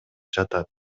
жатат